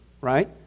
right